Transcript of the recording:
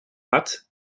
hat